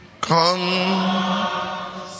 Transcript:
Come